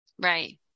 Right